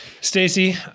Stacey